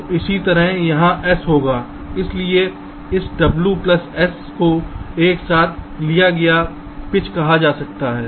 तो इसी तरह यहाँ s होगा इसलिए इस w प्लस s को एक साथ लिया गया पिच कहा जाता है